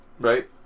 Right